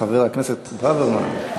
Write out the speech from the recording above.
חבר הכנסת ברוורמן.